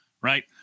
right